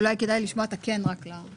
אולי לשמוע את ה"כן" רק.